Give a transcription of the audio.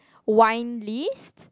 wine list